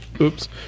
oops